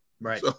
Right